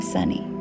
Sunny